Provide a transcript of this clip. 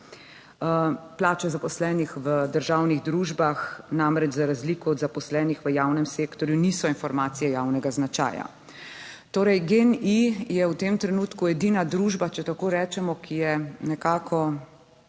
plače zaposlenih v državnih družbah namreč za razliko od zaposlenih v javnem sektorju niso informacije javnega značaja. Torej GEN-I je v tem trenutku edina družba, če tako rečemo, ki je nekako